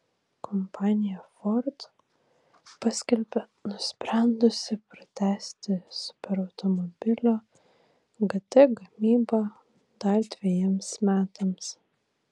kompanija ford paskelbė nusprendusi pratęsti superautomobilio gt gamybą dar dvejiems metams